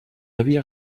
havia